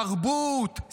תרבות,